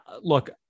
look